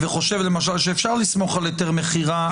וחושב למשל שאפשר לסמוך על היתר מכירה,